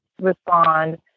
respond